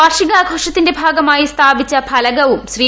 വാർഷികാഘോഷത്തിന്റെ ഭാഗമായി സ്ഥാപിച്ച ഫലകവും ശ്രീ